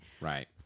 Right